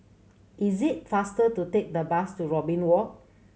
is it faster to take the bus to Robin Walk